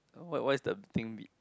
what what is the thing be